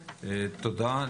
תודה.